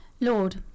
Lord